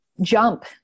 jump